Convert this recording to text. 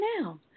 now